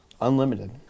unlimited